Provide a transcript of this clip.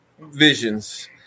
visions